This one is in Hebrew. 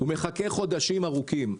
הוא מחכה חודשים ארוכים.